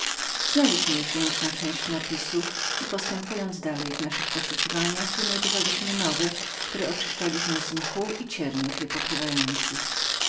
znaliśmy już większą część napisów i postępując dalej w naszych poszukiwaniach wynajdowaliśmy nowe które oczyszczaliśmy z mchu i cierniów je pokrywających